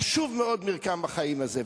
חשוב מאוד מרקם החיים הזה.